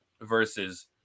versus